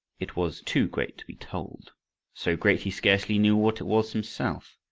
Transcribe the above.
it was too great to be told so great he scarcely knew what it was himself.